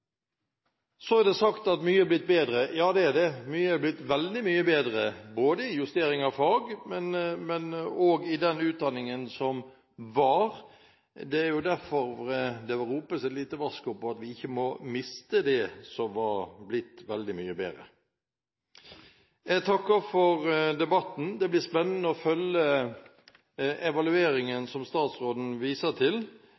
blitt bedre. Ja, det er det. Mye er blitt veldig mye bedre, både når det gjelder justering av fag og den utdanningen som var. Det er jo derfor det ropes et lite varsko om at vi ikke må miste det som var blitt veldig mye bedre. Jeg takker for debatten. Det blir spennende å følge